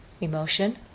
emotion